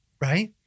Right